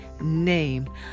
name